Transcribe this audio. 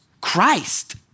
Christ